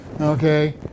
Okay